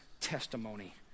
testimony